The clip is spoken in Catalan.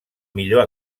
millor